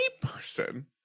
person